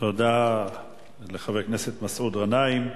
תודה לחבר הכנסת מסעוד גנאים.